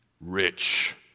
rich